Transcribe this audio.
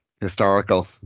Historical